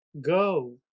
Go